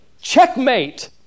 checkmate